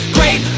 Great